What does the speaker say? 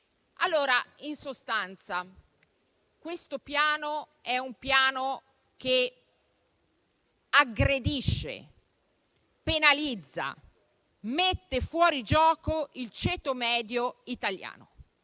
banalità. In sostanza, questo è un piano che aggredisce, penalizza e mette fuori gioco il ceto medio italiano,